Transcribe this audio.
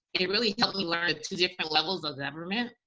it really helped me learn two different levels of government.